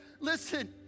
listen